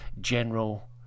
general